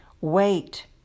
Wait